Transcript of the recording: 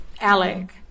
Alec